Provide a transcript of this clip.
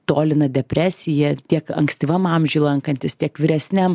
tolina depresiją tiek ankstyvam amžiuj lankantis tiek vyresniam